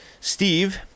Steve